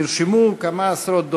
נרשמו כמה עשרות דוברים.